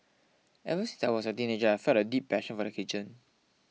ever since I was a teenager I felt a deep passion for the kitchen